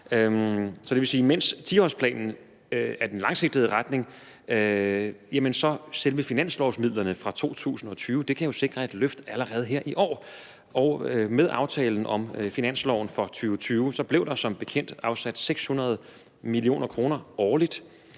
mens 10-årsplanen går i den langsigtede retning, jamen så kan selve finanslovsmidlerne for 2020 sikre et løft allerede her i år. Og med aftalen om finansloven for 2020 blev der som bekendt afsat 600 mio. kr. årligt,